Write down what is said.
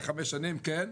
כן.